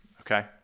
okay